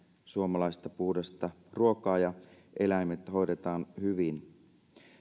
suomalaista puhdasta ruokaa ja eläimet hoidetaan hyvin